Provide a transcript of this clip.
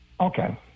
Okay